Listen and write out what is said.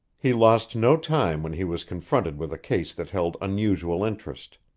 he lost no time when he was confronted with a case that held unusual interest.